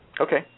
Okay